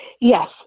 Yes